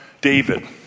David